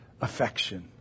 affection